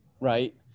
right